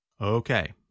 Okay